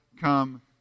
come